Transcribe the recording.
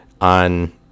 on